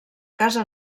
casa